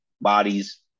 bodies